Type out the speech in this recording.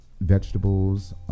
vegetables